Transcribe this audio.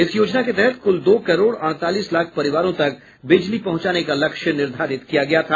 इस योजना के तहत कुल दो करोड अडतालीस लाख परिवारों तक बिजली पहुंचाने का लक्ष्य निर्धारित किया गया था